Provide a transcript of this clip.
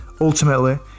Ultimately